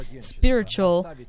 spiritual